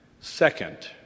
Second